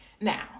Now